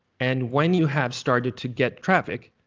and when you have started to get traffic,